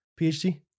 PhD